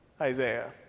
Isaiah